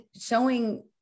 showing